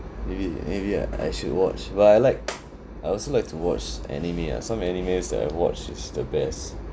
maybe maybe I I should watch but I like I also like to watch anime ah some anime that I watch is the best